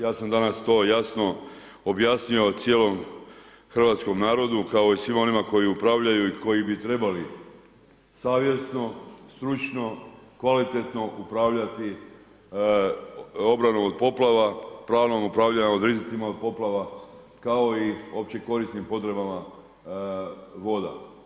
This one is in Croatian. Ja sam danas to jasno objasnio, cijelom hrvatskom narodu, kao i svima onima koji upravljaju i koji bi trebali savjesno, stručno, kvalitetno upravljati obranu od poplava, pravno upravljanju od rizicima od poplava, kao i opće korisnim potrebama voda.